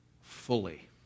fully